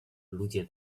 ludzie